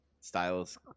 styles